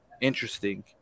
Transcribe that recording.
interesting